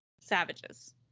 savages